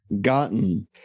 gotten